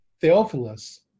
Theophilus